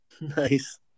Nice